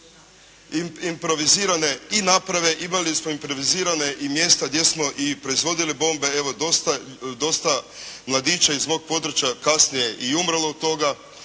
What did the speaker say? kojekakve improvizirane i naprave. Imali smo improvizirana i mjesta gdje smo proizvodili bombe. Evo, dosta mladića iz mog područja kasnije je i umrlo od toga.